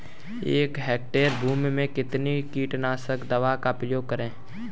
एक हेक्टेयर भूमि में कितनी कीटनाशक दवा का प्रयोग करें?